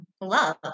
love